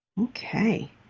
Okay